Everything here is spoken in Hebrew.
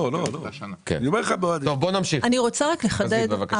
אני רוצה לחדד.